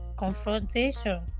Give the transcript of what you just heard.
Confrontation